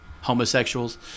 Homosexuals